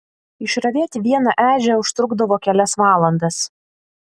išravėti vieną ežią užtrukdavo kelias valandas